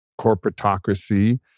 corporatocracy